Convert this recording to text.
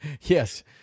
Yes